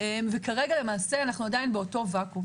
- וכרגע אנו באותו ואקום.